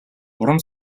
уран